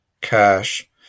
cash